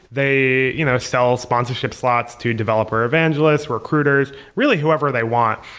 they you know sell sponsorship slots to developer evangelist, recruiters, really whoever they want.